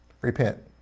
Repent